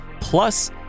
plus